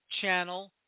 channel